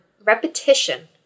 repetition